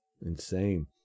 insane